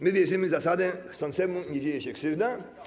My wierzymy w zasadę: chcącemu nie dzieje się krzywda.